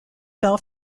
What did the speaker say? fell